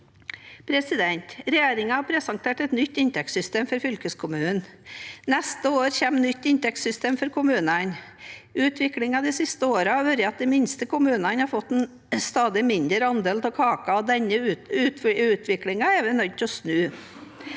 å bo. Regjeringen har presentert et nytt inntektssystem for fylkeskommunene. Neste år kommer et nytt inntektssystem for kommunene. Utviklingen de siste årene har vært at de minste kommunene har fått en stadig mindre del av kaka, og denne utviklingen er vi nødt til å snu.